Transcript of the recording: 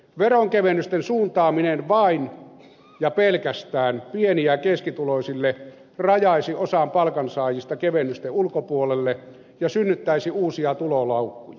veronkevennysten suuntaaminen vain ja pelkästään pieni ja keskituloisille rajaisi osan palkansaajista kevennysten ulkopuolelle ja synnyttäisi uusia tuloloukkuja